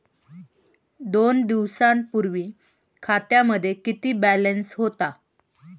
दोन दिवसांपूर्वी खात्यामध्ये किती बॅलन्स होता?